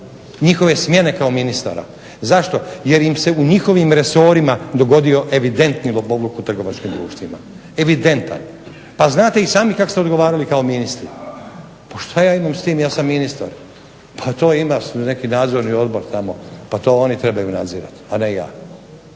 njihove smjene kao ministara. Zašto? Jer im se u njihovim resorima dogodio evidentni lopovluk u trgovačkim društvima, znate i sami kako ste odgovarali kao ministri? Pa šta ja imam s tim ja sam ministar, pa to ima tamo nadzorni odbor, oni trebaju nadzirati a ne ja.